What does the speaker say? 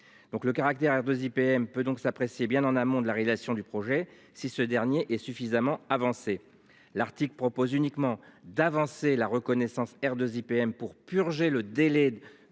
le caractère 2 IPM peut donc s'apprécier bien en amont de la relation du projet si ce dernier est suffisamment avancée. L'Arctique propose uniquement d'avancer la reconnaissance R 2 IPM pour purger le délai